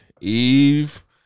Eve